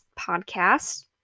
Podcast